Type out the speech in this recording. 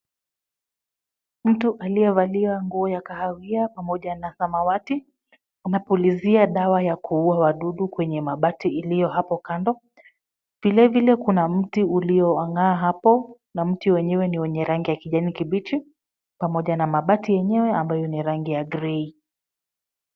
Mtu aliyevalia nguo ya kahawia pamoja na samawati anapulizia dawa ya kuua wadudu kwenye mabati iliyo hapo kando, vilevile kuna mti uliong'aa hapo na mti wenyewe ni wenye rangi ya kijani kibichi, pamoja na mabati yenyewe ambayo ni rangi ya grey .